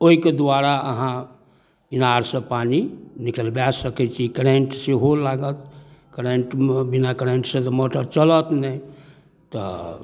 ओइके द्वारा अहाँ इनारसँ पानि निकलबै सकै छियै करेंट सेहो लागत करेंटमे बिना करेंटसँ तऽ मोटर चलत नहि तऽ